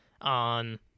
on